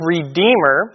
Redeemer